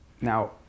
Now